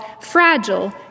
Fragile